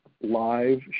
live